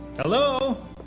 Hello